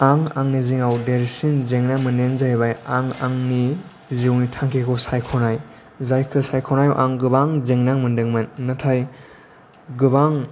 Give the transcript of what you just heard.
आं आंनि जिंआव देरसिन जेंना मोननायानो जाहैबाय आं आंनि जिउनि थांखिखौ सायख'नाय जायखौ सायख'नायाव आं गोबां जेंना मोन्दोंमोन नाथाय गोबां